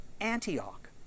Antioch